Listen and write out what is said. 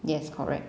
yes correct